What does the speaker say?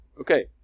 Okay